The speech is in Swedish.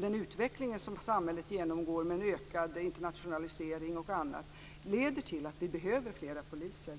Den utveckling som samhället genomgår med ökad internationalisering osv. leder till att det behövs fler poliser.